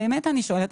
אני באמת שואלת.